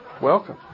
Welcome